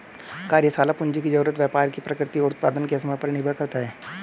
कार्यशाला पूंजी की जरूरत व्यापार की प्रकृति और उत्पादन के समय पर निर्भर करता है